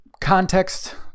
context